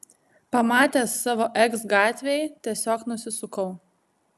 pamatęs savo eks gatvėj tiesiog nusisukau